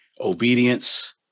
obedience